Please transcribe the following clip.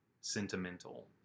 sentimental